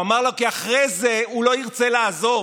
הוא אמר לו: כי אחרי זה הוא לא ירצה לעזוב,